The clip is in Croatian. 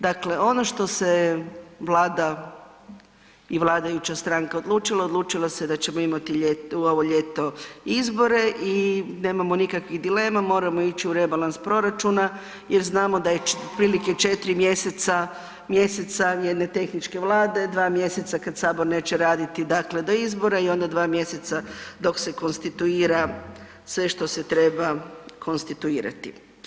Dakle, ono što se Vlada i vladajuća stranka odlučila, odlučila se da ćemo imati u ovo ljeto izbore i nemamo nikakvih dilema, moramo ići u rebalans proračuna jer znamo da je otprilike 4 mjeseca jedne tehničke Vlade, 2 mjeseca kad Sabor neće raditi dakle do izbora i onda 2 mjeseca dok se konstituira sve što se treba konstituirati.